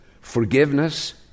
forgiveness